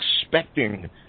expecting